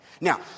Now